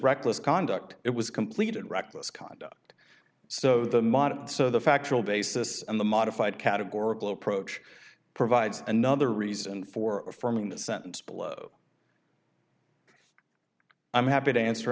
reckless conduct it was complete and reckless conduct so the model so the factual basis and the modified categorical approach provides another reason for forming the sentence below i'm happy to answer